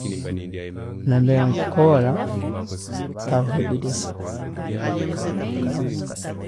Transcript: Nambere nkukoorra, tiharoho edirisa.